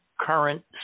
current